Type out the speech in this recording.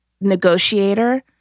negotiator